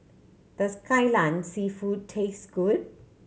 does Kai Lan Seafood taste good